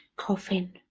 Coffin